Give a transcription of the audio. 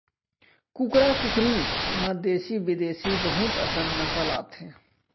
कुकरा कुकरी म देसी बिदेसी बहुत अकन नसल आथे